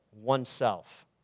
oneself